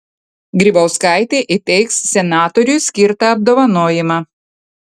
grybauskaitė įteiks senatoriui skirtą apdovanojimą